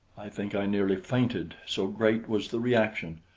i think i nearly fainted, so great was the reaction.